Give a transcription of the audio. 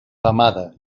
femada